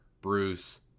Bruce